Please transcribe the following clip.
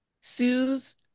sues